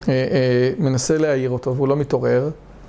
מנסה להעיר אותו, והוא לא מתעורר.